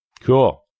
Cool